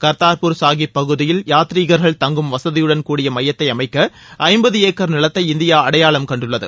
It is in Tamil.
கர்த்தார்ப்பூர் சாஹிப் பகுதியில் யாத்ரீகர்கள் தங்கும் வசதியுடன்கூடிய மையத்தை அமைக்க ஜம்பது ஏக்கர் நிலத்தை இந்தியா அடையாளம் கண்டுள்ளது